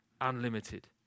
unlimited